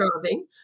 driving